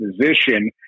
physician